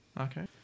Okay